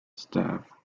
staff